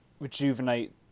rejuvenate